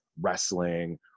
wrestling